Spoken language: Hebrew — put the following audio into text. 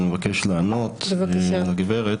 אני מבקש לענות לגברת.